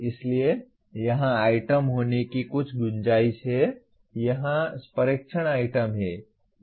इसलिए यहाँ आइटम होने की कुछ गुंजाइश है यहाँ परीक्षण आइटम हैं